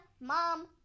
Mom